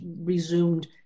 resumed